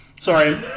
sorry